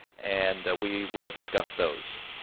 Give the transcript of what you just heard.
and we will discuss those.